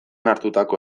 hartutako